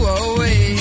away